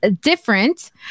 different